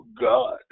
God